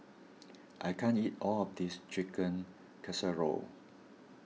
I can't eat all of this Chicken Casserole